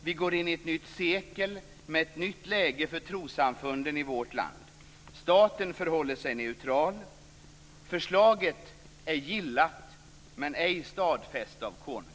Vi går in i ett nytt sekel med ett nytt läge för trossamfunden i vårt land. Staten förhåller sig neutral. Förslaget är gillat men ej stadfäst av konungen.